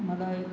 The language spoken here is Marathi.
मला एक